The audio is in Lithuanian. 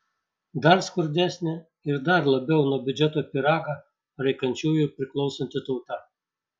dar skurdesnė ir dar labiau nuo biudžeto pyragą raikančiųjų priklausanti tauta